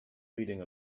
reading